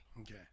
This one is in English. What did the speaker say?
Okay